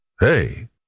Hey